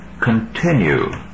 continue